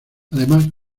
además